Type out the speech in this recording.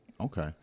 Okay